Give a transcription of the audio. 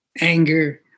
anger